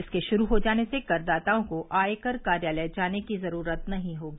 इसके शुरू हो जाने से करदाताओं को आयकर कार्यालय जाने की ज़रूरत नहीं होगी